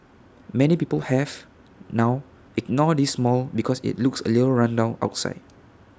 many people have now ignored this mall because IT looks A little run down outside